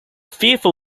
fearful